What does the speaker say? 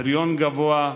פריון גבוה,